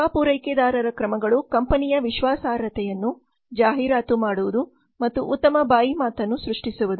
ಸೇವಾ ಪೂರೈಕೆದಾರರ ಕ್ರಮಗಳು ಕಂಪನಿಯ ವಿಶ್ವಾಸಾರ್ಹತೆಯನ್ನು ಜಾಹೀರಾತು ಮಾಡುವುದು ಮತ್ತು ಉತ್ತಮ ಬಾಯಿಮಾತನ್ನು ಸೃಷ್ಟಿಸುವುದು